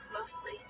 Mostly